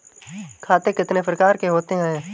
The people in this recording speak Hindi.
खाते कितने प्रकार के होते हैं?